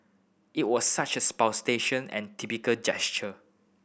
it was such a and typical gesture